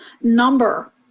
number